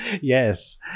Yes